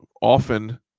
often